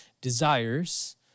desires